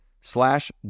slash